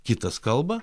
kitas kalba